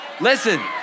Listen